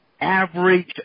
Average